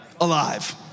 alive